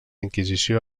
inquisició